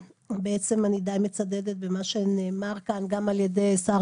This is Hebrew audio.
אני די מצדדת במה שנאמר כאן על ידי שר